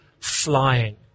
flying